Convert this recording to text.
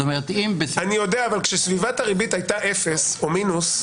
אני יודע אבל כאשר סביבת הריבית הייתה אפס או מינוס,